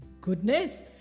Goodness